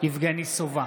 יבגני סובה,